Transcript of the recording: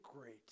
great